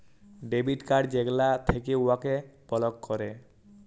debit card যেগলা থ্যাকে উয়াকে বলক ক্যরে